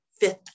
fifth